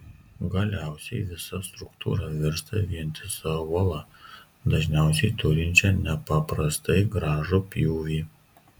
galiausiai visa struktūra virsta vientisa uola dažniausiai turinčia nepaprastai gražų pjūvį